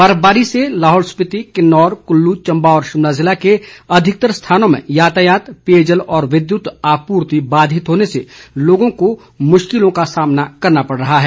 बर्फबारी से लाहौल स्पिति किन्नौर कल्लू चंबा और शिमला जिले के अधिकतर स्थानों में यातायात पेयजल व विद्युत आपूर्ति बाधित होने से लोगों को मुश्किलों का सामना करना पड़ रहा है